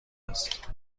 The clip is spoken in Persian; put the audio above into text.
است